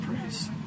praise